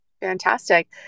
Fantastic